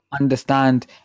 understand